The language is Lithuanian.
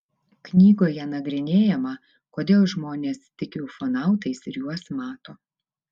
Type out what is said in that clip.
knygoje nagrinėjama kodėl žmonės tiki ufonautais ir juos mato